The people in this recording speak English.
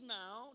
now